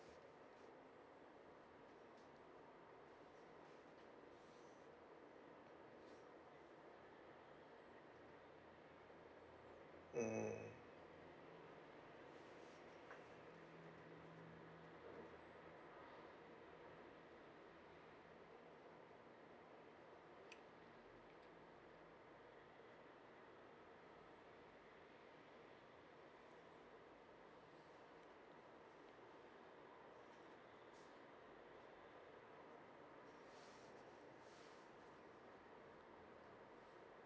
mmhmm